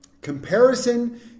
Comparison